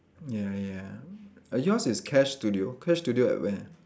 ya ya yours is Cash Studio Cash Studio at where